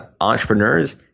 entrepreneurs